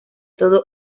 todo